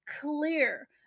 clear